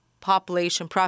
population